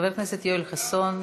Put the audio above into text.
חבר הכנסת יואל חסון,